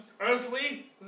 earthly